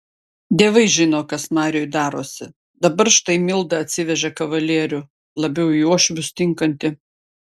dievai žino kas mariui darosi dabar štai milda atsivežė kavalierių labiau į uošvius tinkantį